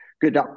good